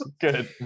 good